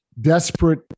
desperate